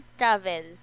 travel